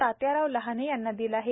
तात्याराव लहाने यांना दिले आहेत